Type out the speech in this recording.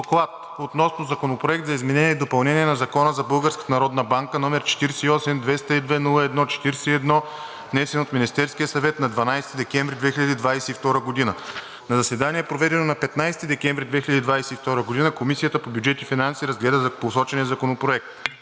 „ДОКЛАД относно Законопроект за изменение и допълнение на Закона за Българската народна банка, № 48-202-01-41, внесен от Министерския съвет на 12 декември 2022 г. На заседание, проведено на 15 декември 2022 г., Комисията по бюджет и финанси разгледа посочения законопроект.